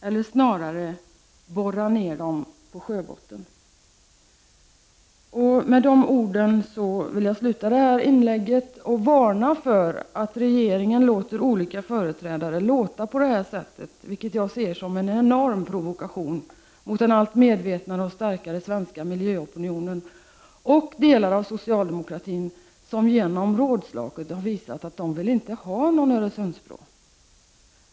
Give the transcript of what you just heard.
Eller snarare, att borra ner dem i sjöbotten. Med de orden vill jag sluta detta inlägg och varna för att regeringen tillåter olika företrädare att uttrycka sig på detta sätt, vilket jag ser som en enorm provokation mot den allt medvetnare och starkare svenska miljöopinionen och de delar av socialdemokratin som genom rådslaget har visat att de inte vill ha någon Öresundsbro.